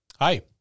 Hi